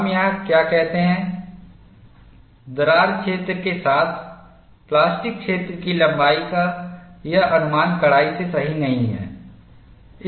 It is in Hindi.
हम यहाँ क्या कहते हैं दरार क्षेत्र के साथ प्लास्टिक क्षेत्र की लंबाई का यह अनुमान कड़ाई से सही नहीं है